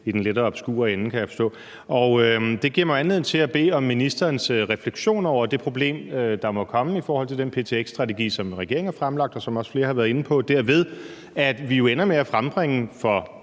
i den lettere obskure ende, kan jeg forstå. Det giver mig anledning til at bede om ministerens refleksioner over det problem, der må komme i forhold til den ptx-strategi, som regeringen har fremlagt, og som flere også har været inde på, nemlig at vi for store investeringer